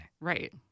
Right